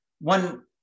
One